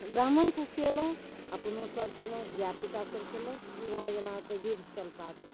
ब्राह्मणके खुएलहुँ अपनोसभ खएलहुँ धिआपुतासभ खेलक ई भऽ गेल अहाँके जूड़शीतल पाबनि